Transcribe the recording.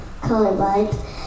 Colorblind